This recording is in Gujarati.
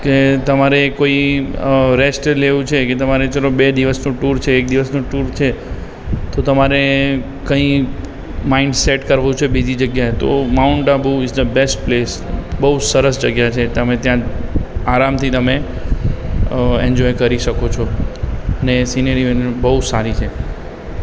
કે તમારે કોઈ અઅ રૅસ્ટ લેવું છે કે તમારે ચાલો બે દિવસનું ટૂર છે એક દિવસનું ટૂર છે તો તમારે કઈ માઇન્ડ સૅટ કરવું છે બીજી જગ્યાએ તો Mount Abu is the best place બહુ સરસ જગ્યા છે તમે ત્યાં આરામથી તમે અ ઇન્જોય કરી શકો છો ને સિનેરી બિનેરી બહુ સારી છે